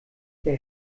der